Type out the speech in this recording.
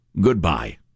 goodbye